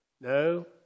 no